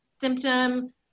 symptom